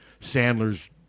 Sandler's